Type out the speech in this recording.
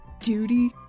duty